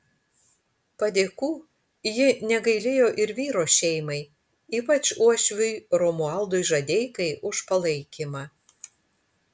padėkų ji negailėjo ir vyro šeimai ypač uošviui romualdui žadeikai už palaikymą